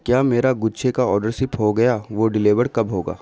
کیا میرا گچھے کا آرڈر سپ ہو گیا وہ ڈیلیوڈ کب ہوگا